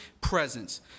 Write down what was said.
presence